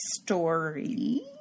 story